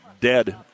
dead